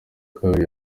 kabiri